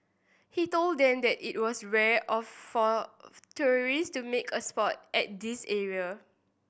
he told them that it was rare of for tourists to make a spot at this area